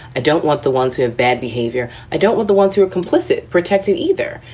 i don't want the ones who have bad behavior. i don't want the ones who are complicit protecting either.